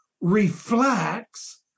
reflects